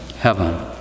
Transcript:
heaven